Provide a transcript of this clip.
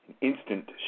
instant